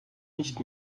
nicht